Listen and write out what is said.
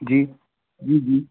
जी जी जी